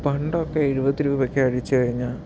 പണ്ടൊക്കെ എഴുപത് രൂപയ്ക്ക് അടിച്ച് കഴിഞ്ഞാൽ